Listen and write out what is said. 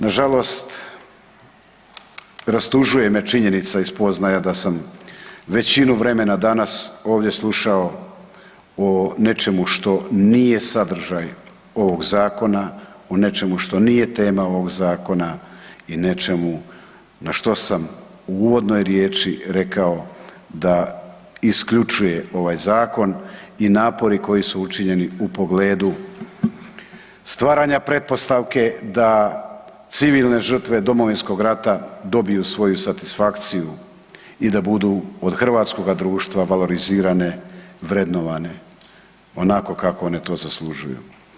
Nažalost rastužuje me činjenica i spoznaja da sam većinu vremena danas ovdje slušao o nečemu što nije sadržaj ovog zakona, o nečemu što nije tema ovog zakona i nečemu na što sam u uvodnoj riječi rekao da isključuje ovaj zakon i napori koji su učinjeni u pogledu stvaranja pretpostavke da civilne žrtve Domovinskog rata dobiju svoju satisfakciju i da budu od hrvatskoga društva valorizirane, vrednovane onako kako one to zaslužuju.